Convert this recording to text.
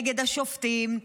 נגד השופטים,